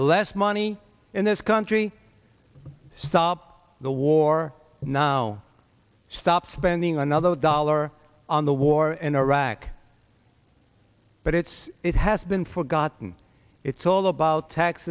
less money in this country stop the war now stop spending another dollar on the war in iraq but it's it has been forgotten it's all about